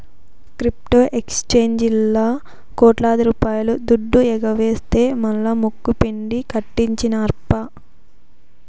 crypto ఎక్సేంజీల్లా కోట్లాది రూపాయల దుడ్డు ఎగవేస్తె మల్లా ముక్కుపిండి కట్టించినార్ప